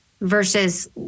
versus